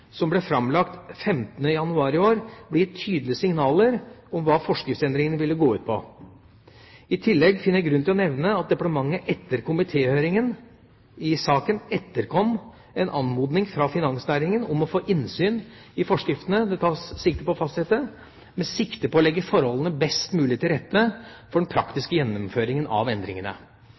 som ble framlagt 15. januar i år, ble gitt tydelige signaler om hva forskriftsendringene ville gå ut på. I tillegg finner jeg grunn til å nevne at departementet etter komitéhøringen i saken etterkom en anmodning fra finansnæringen om å få innsyn i forskriftene det tas sikte på å fastsette, med sikte på å legge forholdene best mulig til rette for den praktiske gjennomføringen av endringene.